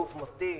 גוף מוסדי,